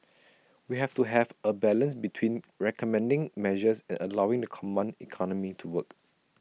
we have to have A balance between recommending measures and allowing the command economy to work